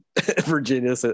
Virginia